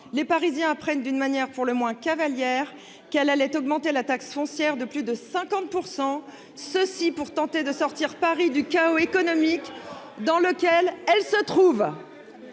les Parisiens ont appris d'une manière pour le moins cavalière qu'elle allait augmenter la taxe foncière de plus de 50 %, pour tenter de sortir Paris du chaos économique ! C'est encore